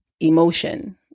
emotion